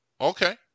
Okay